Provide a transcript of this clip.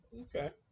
Okay